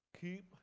keep